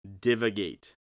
divagate